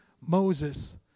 Moses